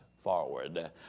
forward